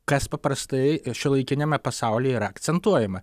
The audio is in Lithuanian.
kas paprastai šiuolaikiniame pasaulyje yra akcentuojama